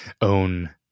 own